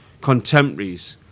contemporaries